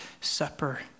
supper